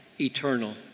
eternal